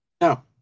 No